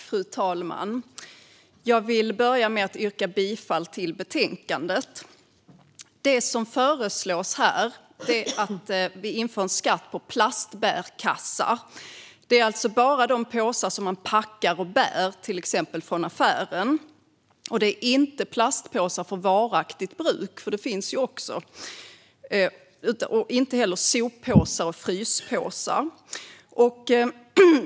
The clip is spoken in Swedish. Fru talman! Jag yrkar bifall till förslaget i betänkandet. Det som föreslås här är att vi inför en skatt på plastbärkassar. Det gäller bara de påsar som man packar och bär i till exempel från affären, inte plastpåsar för varaktigt bruk, som också finns. Det gäller inte heller soppåsar eller fryspåsar.